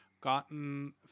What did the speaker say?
gotten